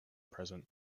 present